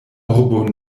urbo